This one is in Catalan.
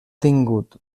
tingut